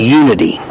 unity